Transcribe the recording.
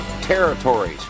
territories